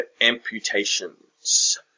amputations